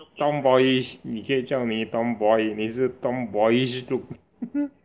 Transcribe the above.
tomboyish 你可以叫你 tomboy 你是 tomboyish look